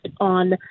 on